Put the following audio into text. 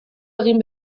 egin